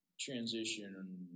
transition